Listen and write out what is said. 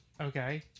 Okay